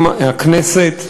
עם הכנסת.